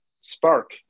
spark